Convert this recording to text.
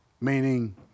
Meaning